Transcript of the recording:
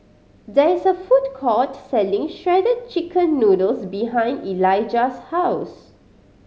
there is a food court selling Shredded Chicken Noodles behind Elijah's house